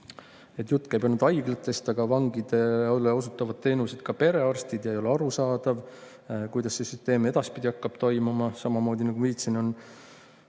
et jutt käib ainult haiglatest, aga vangidele osutavad teenuseid ka perearstid ning ei ole arusaadav, kuidas see süsteem edaspidi hakkab toimima. Samamoodi, nagu viitasin,